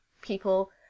people